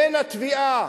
בין התביעה